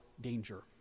danger